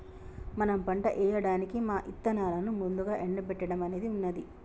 మనం పంట ఏయడానికి మా ఇత్తనాలను ముందుగా ఎండబెట్టడం అనేది ఉన్నది